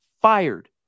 fired